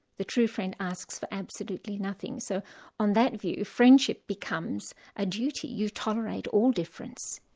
the true friend asks for absolutely nothing. so on that view friendship becomes a duty, you tolerate all difference.